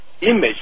Image